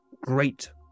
great